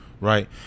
Right